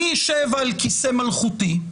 אני אשב על כיסא מלכותי,